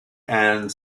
and